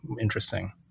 interesting